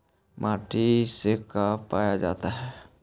माटी से का पाया जाता है?